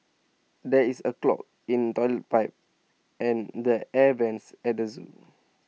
there is A clog in Toilet Pipe and the air Vents at the Zoo